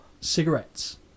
cigarettes